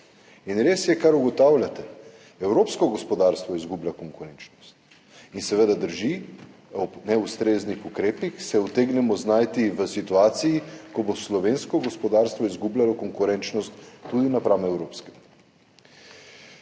res je, kar ugotavljate, evropsko gospodarstvo izgublja konkurenčnost in seveda drži, ob neustreznih ukrepih se utegnemo znajti v situaciji, ko bo slovensko gospodarstvo izgubljalo konkurenčnost tudi napram evropskemu.